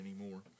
anymore